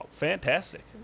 Fantastic